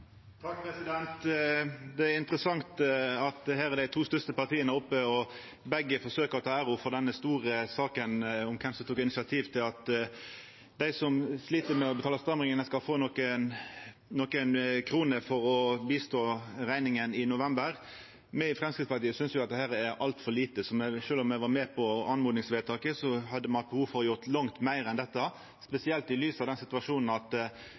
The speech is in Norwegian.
av proposisjonen. Det er interessant at her er begge dei to største partia oppe og forsøkjer å ta æra for denne store saka om kven som tok initiativ til at dei som slit med å betala strømrekningane, skal få nokre kroner i støtte til rekninga i november. Me i Framstegspartiet synest at dette er altfor lite, så sjølv om me var med på oppmodingsvedtaket, har me behov for å gjera langt meir enn dette, spesielt i lys av den situasjonen at